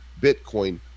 Bitcoin